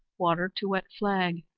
water to wet flag,